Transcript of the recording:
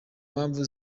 mpamvu